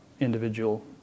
individual